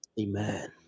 Amen